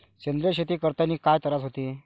सेंद्रिय शेती करतांनी काय तरास होते?